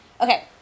Okay